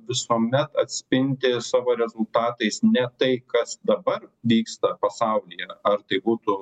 visuomet atspindi savo rezultatais ne tai kas dabar vyksta pasaulyje ar tai būtų